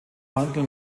mantel